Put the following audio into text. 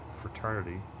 fraternity